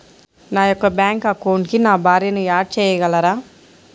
నా యొక్క బ్యాంక్ అకౌంట్కి నా భార్యని యాడ్ చేయగలరా?